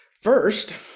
First